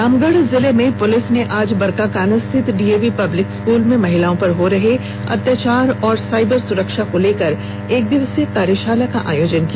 रामगढ़ जिले में पुलिस ने आज बरकाकाना स्थित डीएवी पब्लिक स्कूल में आयोजित कार्यक्रम में महिलाओं पर हो रहे अत्याचार और साईबर सुरक्षा को लेकर एक दिवसीय कार्यशाला का आयोजन किया